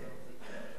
יואל חסון,